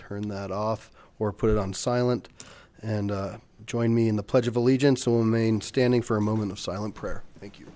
turn that off or put it on silent and join me in the pledge of allegiance on main standing for a moment of silent prayer thank you